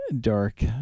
dark